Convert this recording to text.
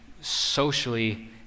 socially